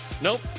Nope